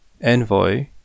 envoy